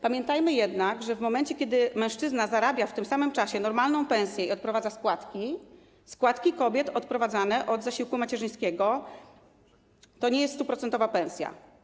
Pamiętajmy jednak, że kiedy mężczyzna zarabia w tym samym czasie normalną pensję i odprowadza składki, składki kobiet odprowadzane od zasiłku macierzyńskiego to nie jest 100-procentowa pensja.